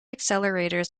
accelerators